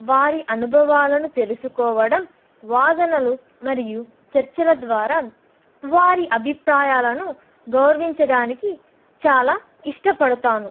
వారి అనుభవాలను తెలుసుకోవడం వాదనలు మరియు చర్చల ద్వారా వారి అభిప్రాయాలను గౌరవించడానికి చాలా ఇష్టపడతాను